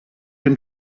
him